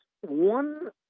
One